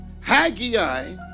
haggai